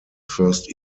first